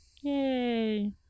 yay